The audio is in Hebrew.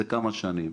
זה כמה שנים.